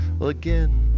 Again